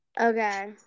Okay